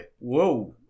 Whoa